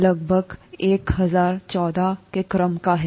यह लगभग 1014 के क्रम का है